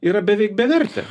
yra beveik bevertė